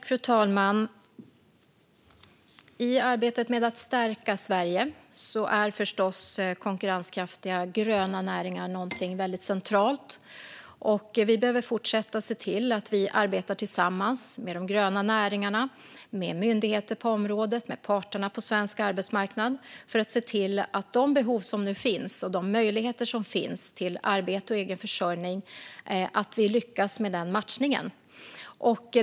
Fru talman! I arbetet med att stärka Sverige är förstås konkurrenskraftiga gröna näringar någonting väldigt centralt. Vi behöver fortsätta se till att arbeta tillsammans med de gröna näringarna, med myndigheter på området och med parterna på svensk arbetsmarknad för att lyckas med matchningen mellan de behov som finns och de möjligheter som finns till arbete och egen försörjning.